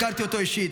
הכרתי אותו אישית.